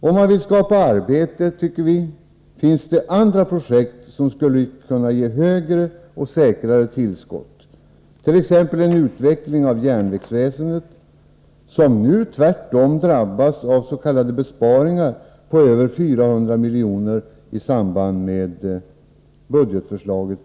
Om man vill skapa arbete tycker vi att det finns andra projekt, som skulle ge högre och säkrare tillskott, t.ex. en utveckling av järnvägsväsendet, vilket nu tvärtom drabbas av s.k. besparingar på över 400 milj.kr. i samband med det föreliggande budgetförslaget.